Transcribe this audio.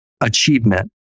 achievement